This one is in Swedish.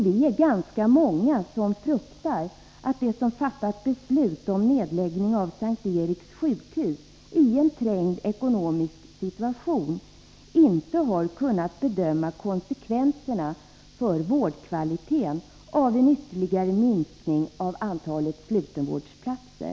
Vi är ganska många som fruktar att de som fattat beslut om nedläggning av S:t Eriks sjukhus, i en trängd ekonomisk situation, inte har kunnat bedöma konsekvenserna på vårdkvaliteten av en ytterligare minskning av antalet slutenvårdsplatser.